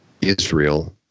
Israel